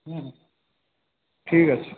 হুম ঠিক আছে